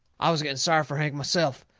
i was getting sorry fur hank myself.